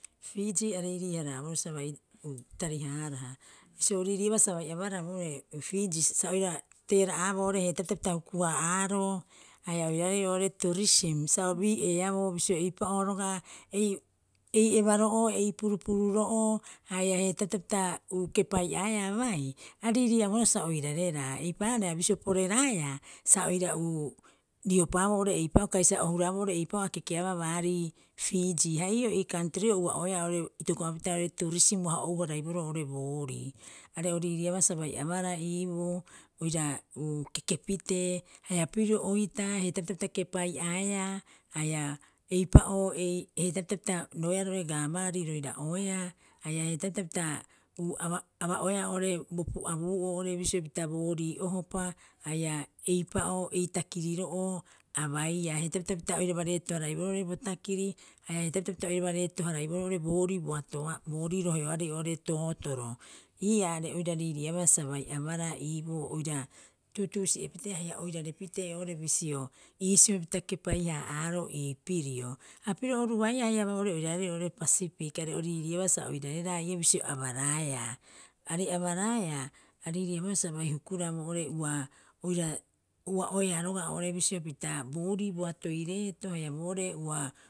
Piigii ariirii- haraborroo sa bai hu tari- haaraaha. Bisio o riiriiabaa sa bai abaraa boo'ore Piigii sa oira teera'aaboo oo'ore heeetaapita pita hukuhaa'aaroo haia oiraarei oo'ore tuurisim sa o bii'eeaboo bisio eipa'oo roga'a ei- eibaro'oo ei purupururo'oo haia heetaapita pita uur kepai'aea bai, a riiriiaboohara sa oirareraa eipaareha bisio poreraeea sa oira uu riopaaboo oo'ore eipa'oo kai sa o huraboo oo'ore eipa'oo a kekeabaa baari Piigii. Ha ii'oo ii kantrio ua oea oo'ore itokopapita oo'ore tuurisim uaha ouharaiboroo oo'ore boori. Are o riiriiabaa sa bai abaraa iiboo oira uu kekepitee haia piro oitaa heetaapita pita kepai'aea haia eipa'oo ei heetaapita pita roea roo'ore gaavaari roira'oea haia heetaapita pita uu aba aba'oeea oo'ore bo pu'abuu'oo bisio pita boori ohopa haia eipa'oo ei takiriro'oo abaiaa heetaapita pita oiraba reeto- haraiboroo bo takiri haia heetaapita pita oirabaa reeto- haraiboroo oo'ore boorii boatoa boorii roheoarei oo'ore tootoro. Ii'aa are oira riiriiabaa sa bai abaraa iiboo oiraa tuutuusi'epitee haia oirarepitee oo'ore bisio, iisio pita kepai- haa'aaroo iipirio. Ha piro oru baia haia boo'ore oiraarei oo'ore pasipik are oriiriiabaa sa oirareraa ii'oo bisio abaraaeea. Aarei abaraaea, a riiriiabohara sa bai hukuraa boo'ore ua oira ua'oeea roga'a oo'ore bisio pita boorii boatoi reeto haia booree ua